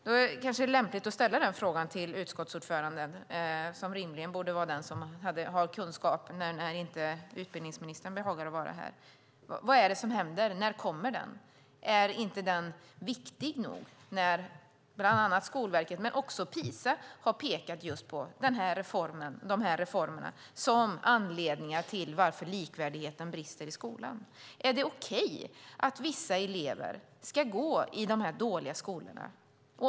Det kanske är lämpligt att ställa frågan till utskottsordföranden som rimligen borde vara den som har kunskap nu när inte utbildningsministern behagar vara här. Vad är det som händer? När kommer den? Är den inte viktig nog? Skolverket, men också PISA, har pekat på de här reformerna som anledningar till varför likvärdigheten brister i skolan. Är det okej att vissa elever ska gå i de här dåliga skolorna?